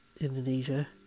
Indonesia